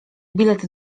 bilet